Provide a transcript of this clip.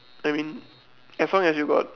I mean as long as you got